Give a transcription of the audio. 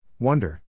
Wonder